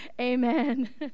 Amen